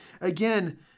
Again